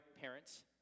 parents